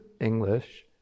English